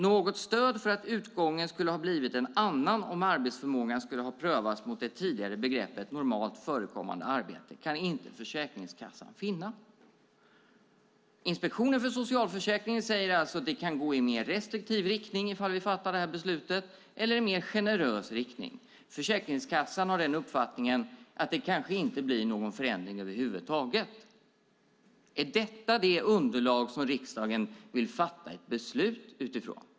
Något stöd för att utgången skulle ha blivit en annan om arbetsförmågan skulle ha prövats mot det tidigare begreppet "normalt förekommande arbete" kan inte Försäkringskassan finna. Inspektionen för socialförsäkringen säger alltså att det kan gå i mer restriktiv riktning ifall vi fattar det här beslutet eller i en mer generös riktning. Försäkringskassan har uppfattningen att det kanske inte blir någon förändring över huvud taget. Jag ställer mig frågan: Är detta det underlag som riksdagen vill fatta ett beslut utifrån?